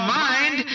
mind